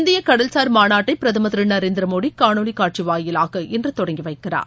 இந்திய கடல்சார் மாநாட்டை பிரதமர் திரு நரேந்திர மோடி காணொலி காட்சி வாயிலாக இன்று தொடங்கி வைக்கிறார்